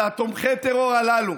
ותומכי טרור הללו,